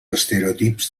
estereotips